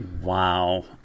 Wow